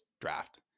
draft